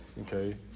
okay